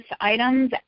items